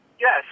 Yes